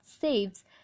saves